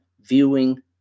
viewing